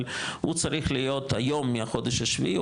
אבל הוא צריך להיות היום מהחודש השביעי,